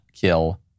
kill